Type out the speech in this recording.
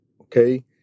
okay